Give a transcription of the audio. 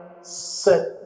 set